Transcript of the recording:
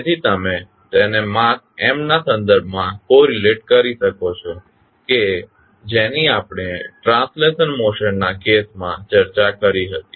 તેથી તમે તેને માસ m ના સંદર્ભમાં કોરીલેટ કરી શકો છો કે જેની આપણે ટ્રાન્સલેશનલ મોશન ના કેસ માં ચર્ચા કરી હતી